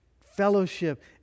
fellowship